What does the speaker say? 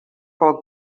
pel